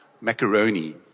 macaroni